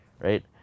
right